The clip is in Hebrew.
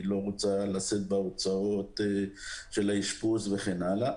היא לא רוצה לשאת בהוצאות של האשפוז וכן הלאה,